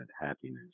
happiness